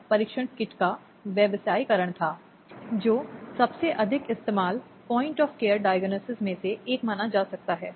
यह वास्तविक व्यय से ज्यादा और ऊपर है जिसे पहले बताए गए मौद्रिक आदेश द्वारा प्राप्त किया जा सकता है